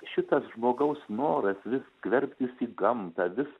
šitas žmogaus noras skverbtis į gamtą vis